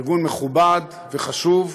מכובד וחשוב,